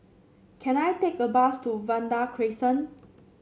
can I take a bus to Vanda Crescent